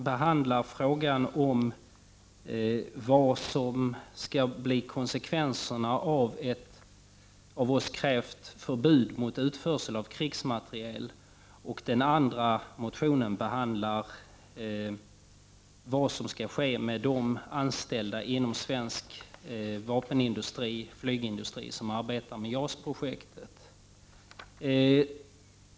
Den ena rör frågan om vad som skall bli konsekvenserna av ett av vpk krävt förbud mot utförsel av krigsmateriel. Den andra motionen behandlar frågan om vad som skall ske med de anställda inom svensk flygindustri som arbetar med JAS-projektet.